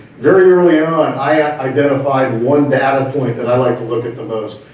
very early on, i identified one data point that i like to look at the most.